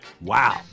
Wow